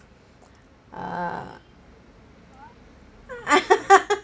err